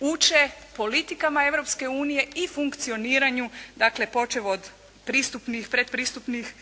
uče politikama Europske unije i funkcioniranju. Dakle, počev od pristupnih, predpristupnih